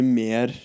mer